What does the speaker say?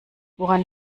woran